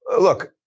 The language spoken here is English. look